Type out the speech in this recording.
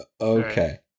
Okay